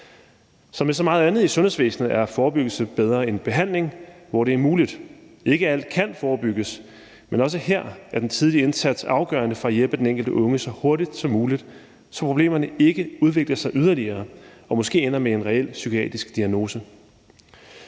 Som med så meget andet i sundhedsvæsenet er forebyggelse bedre end behandling der, hvor det er muligt. Ikke alt kan forebygges, men også her er den tidlige indsats afgørende for at hjælpe den enkelte unge så hurtigt som muligt, så problemerne ikke udvikler sig yderligere og måske ender med en reel psykiatrisk diagnose.